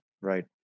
right